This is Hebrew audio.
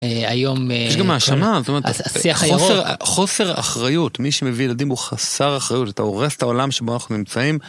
היום. יש גם האשמה חוסר אחריות מי שמביא ילדים הוא חסר אחריות אתה הורס את העולם שבו אנחנו נמצאים.